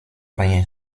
rien